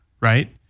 right